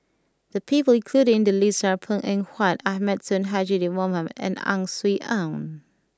the people included in the list are Png Eng Huat Ahmad Sonhadji Mohamad and Ang Swee Aun